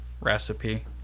recipe